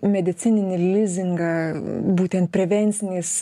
medicininį lizingą būtent prevenciniais